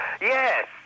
Yes